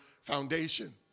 foundation